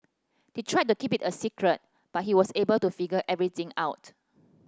they tried to keep it a secret but he was able to figure everything out